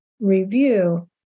review